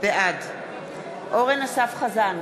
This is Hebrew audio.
בעד אורן אסף חזן,